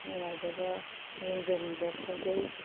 ꯅꯨꯡꯉꯥꯏꯖꯕ ꯌꯦꯡꯖꯅꯤꯡꯕ ꯐꯥꯎꯖꯩ